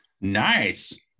nice